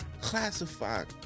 classified